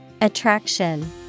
Attraction